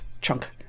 chunk